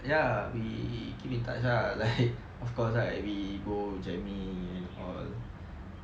ya we keep in touch lah like of course ah like we go jamming and all